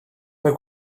mae